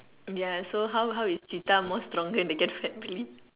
ya so how how is cheetah more stronger than they get family